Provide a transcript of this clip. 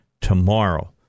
tomorrow